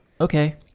okay